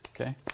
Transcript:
Okay